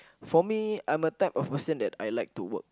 for me I'm a type of person that I like to work